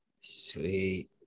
Sweet